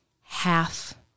half